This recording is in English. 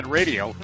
radio